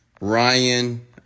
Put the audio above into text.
Ryan